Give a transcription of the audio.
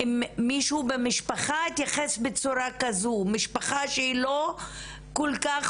מישהו במשפחה יתייחס בצורה כזו - משפחה שלא כל כך